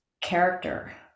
character